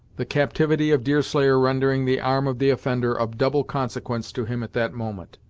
the captivity of deerslayer rendering the arm of the offender of double consequence to him at that moment.